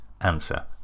answer